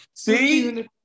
See